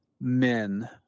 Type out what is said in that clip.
men